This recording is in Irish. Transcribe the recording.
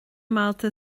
mbailte